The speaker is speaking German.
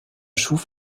schuf